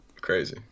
Crazy